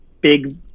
big